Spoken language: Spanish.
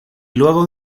luego